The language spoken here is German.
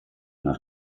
nach